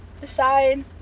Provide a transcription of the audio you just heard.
decide